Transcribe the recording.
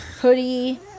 hoodie